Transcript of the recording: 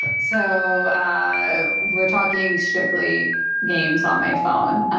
so we're talking strictly games on my phone.